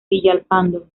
villalpando